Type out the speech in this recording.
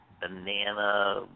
banana